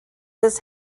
this